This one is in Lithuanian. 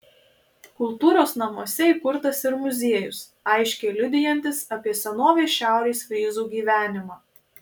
kultūros namuose įkurtas ir muziejus aiškiai liudijantis apie senovės šiaurės fryzų gyvenimą